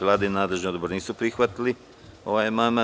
Vlada i nadležni odbor nisu prihvatili ovaj amandman.